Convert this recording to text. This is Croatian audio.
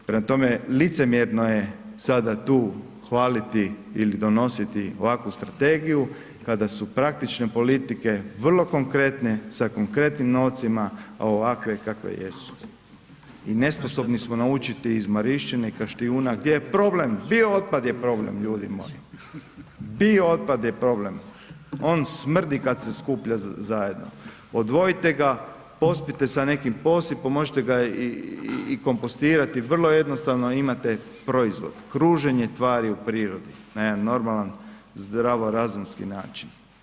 Prema tome, licemjerno je sada tu hvaliti ili donositi ovakvu strategiju kada su praktične politike vrlo konkretne sa konkretnim novcima, a ovakve kakve jesu i nesposobni smo naučiti iz Marišćine i Kaštiuna gdje je problem, biootpad je problem ljudi moji, biootpad je problem, on smrdi kad se skuplja zajedno, odvojite ga, pospite sa nekim posipom, možete ga i kompostirati vrlo jednostavno i imate proizvod, kruženje tvari u prirodi na jedan normalan zdravorazumski način.